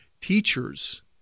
teachers